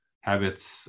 habits